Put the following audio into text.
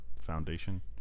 foundation